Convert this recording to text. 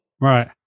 Right